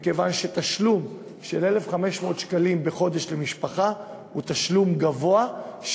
מכיוון שתשלום של 1,500 שקלים בחודש למשפחה הוא תשלום גבוה,